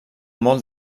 molt